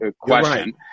question